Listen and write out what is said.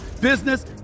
business